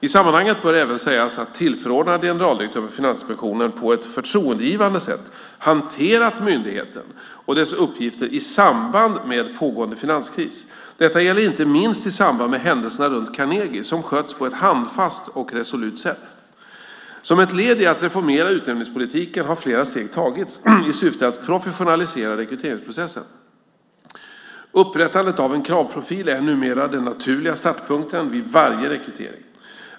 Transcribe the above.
I sammanhanget bör även sägas att tillförordnad generaldirektör för Finansinspektionen på ett förtroendeingivande sätt hanterat myndigheten och dess uppgifter under pågående finanskris. Detta gäller inte minst i samband med händelserna runt Carnegie som skötts på ett handfast och resolut sätt. Som ett led i att reformera utnämningspolitiken har flera steg tagits i syfte att professionalisera rekryteringsprocessen. Upprättandet av en kravprofil är numera den naturliga startpunkten vid varje rekrytering.